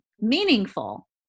meaningful